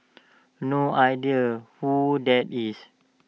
no idea who that is